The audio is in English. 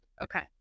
Okay